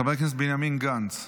חבר הכנסת בנימין גנץ.